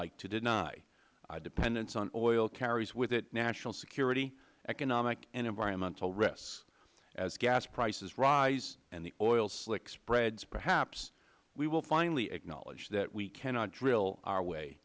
like to deny our dependence on oil carries with it national security economic and environmental risks as gas prices rise and the oil slick spreads perhaps we will finally acknowledge that we cannot drill our way